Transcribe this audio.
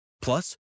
Plus